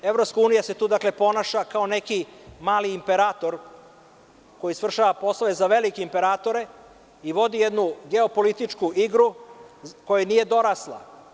Evropska unija se tu ponaša kao neki mali imperator koji izvršava poslove za velike imperatore i vodi jednu geopolitičku igru kojoj nije dorasla.